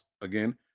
again